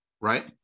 Right